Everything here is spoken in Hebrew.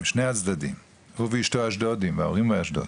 משני הצדדים, הוא ואשתו אשדודים וההורים מאשדוד.